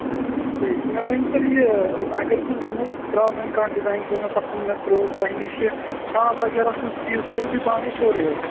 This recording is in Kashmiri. ہے صحیح مےٚ ؤنۍتو یہِ اگر بہٕ زَن حظ ترٛاوٕ وۅنۍ کانٛہہ ڈِزایِن کوٚر مےٚ پَسنٛد مےٚ ترٛوو تۄہہِ نِش یہِ چھانٛپ وغیرہ سُہ چیٖز ترٛٲوِو تُہۍ پانَے سورُے حظ